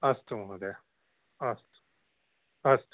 अस्तु महोदय अस्तु अस्तु